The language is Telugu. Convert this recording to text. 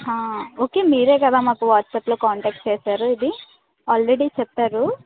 ఓకే మీరే కదా మాకు వాట్సాప్లో కాంటాక్ట్ చేసారు ఇది ఆల్రెడీ చెప్పారు